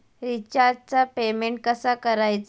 रिचार्जचा पेमेंट कसा करायचा?